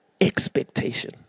Expectation